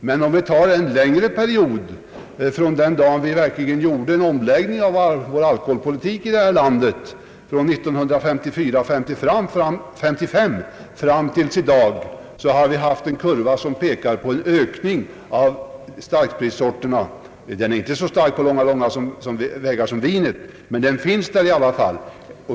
Men om vi tar en längre period, från den dag då vi verkligen fick en omläggning av vår alkoholpolitik, från 1954/55 fram till i dag, har vi haft en kurva som visar en ökning av starkspritsorterna. Denna ökning är inte på långa vägar så stark som för vinet, men den finns i alla fall.